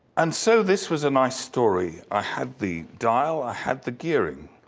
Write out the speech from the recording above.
and so, this was a nice story. i had the dial, i had the gearing.